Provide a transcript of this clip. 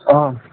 हो